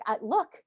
look